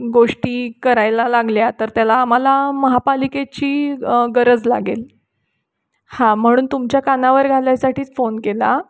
गोष्टी करायला लागल्या तर त्याला आम्हाला महापालिकेची गरज लागेल हां म्हणून तुमच्या कानावर घालायसाठीच फोन केला